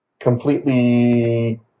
completely